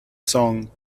song